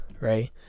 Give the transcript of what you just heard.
right